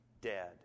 dead